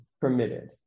permitted